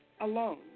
Alone